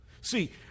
See